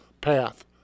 path